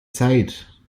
zeit